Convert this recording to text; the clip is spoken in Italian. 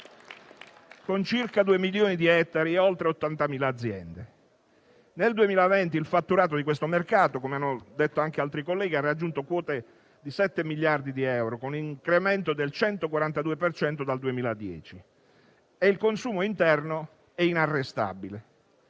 con circa 2 milioni di ettari e oltre 80.000 aziende. Nel 2020 il fatturato di questo mercato, come hanno detto anche altri colleghi, ha raggiunto quote di 7 miliardi di euro, con un incremento del 142 per cento dal 2010. Il consumo interno è inarrestabile.